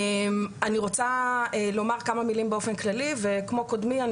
אני רוצה לומר כמה מילים באופן כללי וכמו קודמי,